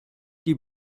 die